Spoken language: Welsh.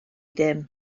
ddim